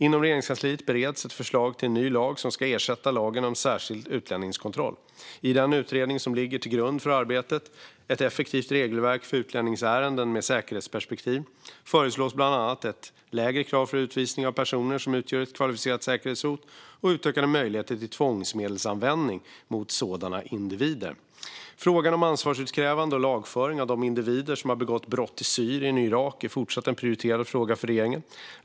Inom Regeringskansliet bereds ett förslag till en ny lag som ska ersätta lagen om särskild utlänningskontroll. I den utredning som ligger till grund för arbetet, Ett effektivare regelverk för utlänningsärenden med säkerhetsaspekter , föreslås bland annat ett lägre krav för utvisning av personer som utgör ett kvalificerat säkerhetshot och utökade möjligheter till tvångsmedelsanvändning mot sådana individer. Frågan om ansvarsutkrävande och lagföring av de individer som har begått brott i Syrien och Irak är fortsatt prioriterad för regeringen.